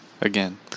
Again